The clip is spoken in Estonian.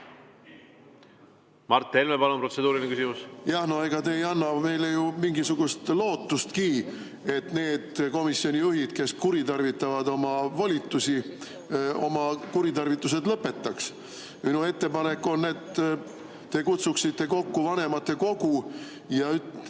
Mart Helme, palun, protseduuriline küsimus! No ega te ei anna meile ju mingisugust lootustki, et need komisjonijuhid, kes kuritarvitavad oma volitusi, oma kuritarvitused lõpetaks. Minu ettepanek on, et te kutsuksite kokku vanematekogu ja teeksite